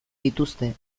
dituzte